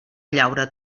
llaura